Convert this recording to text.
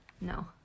No